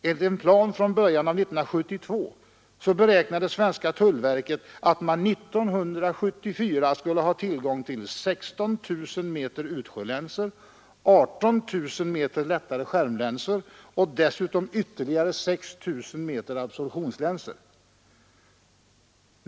Enligt en plan från början av 1972 beräknade svenska tullverket att man 1974 skulle ha tillgång till 16 000 meter utsjölänsor, 18 000 meter lättare skärmlänsor och dessutom ytterligare 6 000 meter absorbtionslänsor.